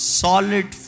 solid